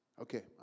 Okay